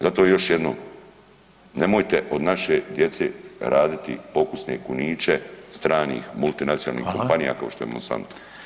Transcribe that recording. Zato još jednom, nemojte od naše djece raditi pokusne kuniće stranih multinacionalnih kompanija kao što je Monsanto.